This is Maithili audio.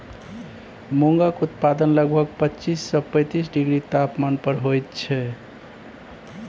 मूंगक उत्पादन लगभग पच्चीस सँ पैतीस डिग्री तापमान पर होइत छै